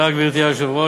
גברתי היושבת-ראש,